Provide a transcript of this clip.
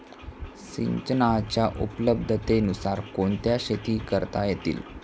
सिंचनाच्या उपलब्धतेनुसार कोणत्या शेती करता येतील?